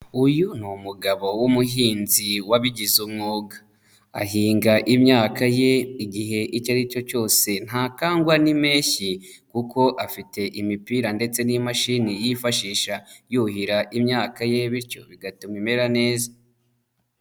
Uyu ni umugabo w'umuhinzi wabigize umwuga. Ahinga imyaka ye igihe icyo aricyo cyose. Ntakangwa n'impeshyi kuko afite imipira ndetse n'imashini yifashisha yuhira imyaka ye bityo bigatuma imera neza.